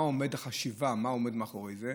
מה החשיבה שעומדת מאחורי זה?